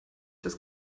das